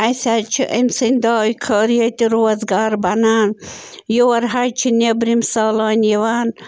اَسہِ حظ چھِ أمۍ سنٛدِ دٲے خٲر ییٚتہِ روزگار بنان یور حظ چھِ نٮ۪برِم سٲلٲنۍ یِوان